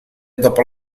dopo